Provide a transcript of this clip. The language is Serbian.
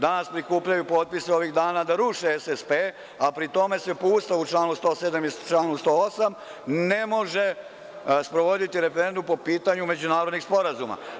Danas prikupljaju potpise, ovih dana da ruše SSP, a pri tome se po Ustavu članu 107. i članu 108. ne može sprovoditi referendum po pitanju međunarodnih sporazuma.